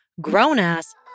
grown-ass